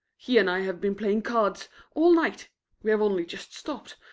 he and i have been playing cards all night we have only just stopped.